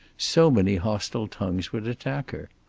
so many hostile tongues would attack her!